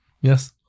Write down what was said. Yes